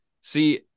See